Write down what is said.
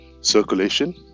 circulation